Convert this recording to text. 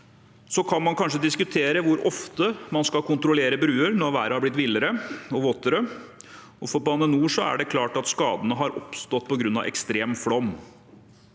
Så kan man kanskje diskutere hvor ofte man skal kontrollere bruer når været har blitt villere og våtere. For Bane NOR er det klart at skadene har oppstått på grunn av ekstrem flom.